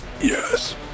Yes